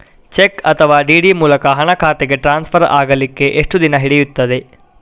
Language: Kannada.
ಚೆಕ್ ಅಥವಾ ಡಿ.ಡಿ ಮೂಲಕ ಹಣ ಖಾತೆಗೆ ಟ್ರಾನ್ಸ್ಫರ್ ಆಗಲಿಕ್ಕೆ ಎಷ್ಟು ದಿನ ಹಿಡಿಯುತ್ತದೆ?